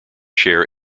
share